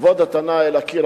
לכבוד התנא האלוקי,